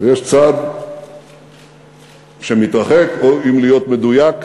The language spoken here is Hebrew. ויש צד שמתרחק, או אם להיות מדויק,